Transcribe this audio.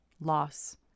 loss